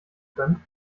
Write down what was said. können